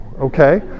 okay